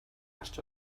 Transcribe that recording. гарч